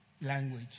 Language